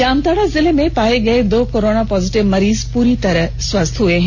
जामताड़ा जिले में पाए गए दो करोना पाजीटिव मरीज पूरी तरह स्वस्थ पाए गए